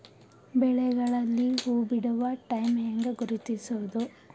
ಬೆಳೆಗಳಲ್ಲಿ ಹೂಬಿಡುವ ಟೈಮ್ ಹೆಂಗ ಗುರುತಿಸೋದ?